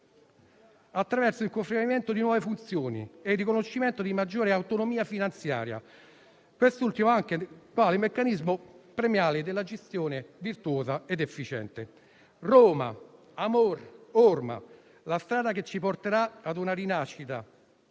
attraverso il conferimento di nuove funzioni e il riconoscimento di maggiore autonomia finanziaria, quest'ultima anche quale meccanismo premiale della gestione virtuosa ed efficiente. Roma, amor, orma: la strada che ci porterà a una rinascita